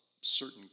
certain